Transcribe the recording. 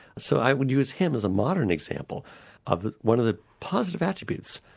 so i would use him as a modern example of one of the positive attributes.